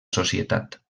societat